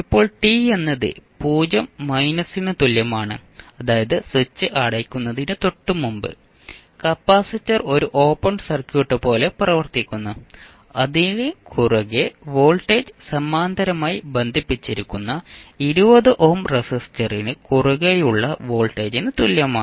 ഇപ്പോൾ t എന്നത് 0 മൈനസിന് തുല്യമാണ് അതായത് സ്വിച്ച് അടയ്ക്കുന്നതിന് തൊട്ടുമുമ്പ് കപ്പാസിറ്റർ ഒരു ഓപ്പൺ സർക്യൂട്ട് പോലെ പ്രവർത്തിക്കുന്നു അതിനു കുറുകെ വോൾട്ടേജ് സമാന്തരമായി ബന്ധിപ്പിച്ചിരിക്കുന്ന 20 ഓം റെസിസ്റ്ററിന് കുറുകെയുള്ള വോൾട്ടേജിന് തുല്യമാണ്